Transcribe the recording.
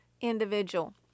individual